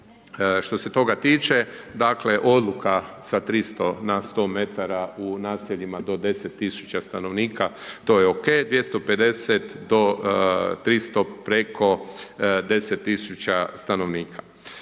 Što se toga tiče, dakle, odluka sa 300 na 100 metara u naseljima do 10 tisuća stanovnika, to je ok, 250 do 300 preko 10 tisuća stanovnika.